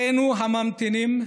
אחינו הממתינים,